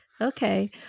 Okay